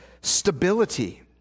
stability